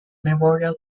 memorial